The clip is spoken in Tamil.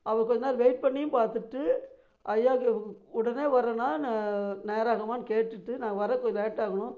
அவரு கொஞ்ச நேரம் வெயிட் பண்ணியும் பார்த்துட்டு ஐயாவுக்கு உடனே வரன்னா ந நேராகுமான்னு கேட்டுவிட்டு நான் வர கொஞ்சம் லேட் ஆகும்